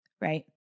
right